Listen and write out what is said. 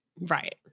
right